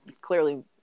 clearly